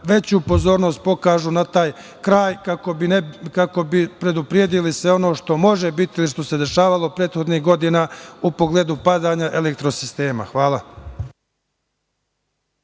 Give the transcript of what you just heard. veću pozornost pokažu na taj kraj kako bi predupredili sve ono što može biti ili što se dešavalo prethodnih godina u pogledu padanja elektrosistema. Hvala.